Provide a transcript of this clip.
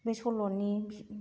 बे सल'नि